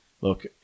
look